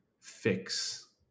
fix